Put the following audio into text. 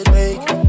make